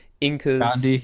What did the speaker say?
Incas